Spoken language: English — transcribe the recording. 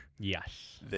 Yes